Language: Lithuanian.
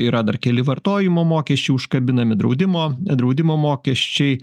yra dar keli vartojimo mokesčiai užkabinami draudimo draudimo mokesčiai